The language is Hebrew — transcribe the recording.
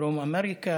דרום אמריקה,